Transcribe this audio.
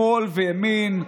שמאל וימין.